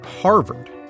Harvard